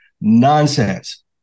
Nonsense